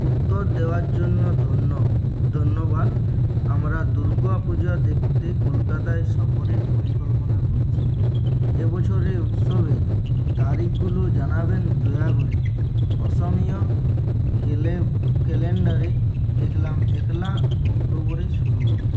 উত্তর দেওয়ার জন্য ধন্য ধন্যবাদ আমারা দুর্গা পূজা দেখতে কলকাতায় সফরের পরিকল্পনা করচি এ বছরের উৎসবের তারিখগুলো জানাবেন দয়া করে অসমীয়া ক্যালে ক্যালেন্ডারে দেখলাম একলা অক্টোবরে শুরু হবে